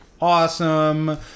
awesome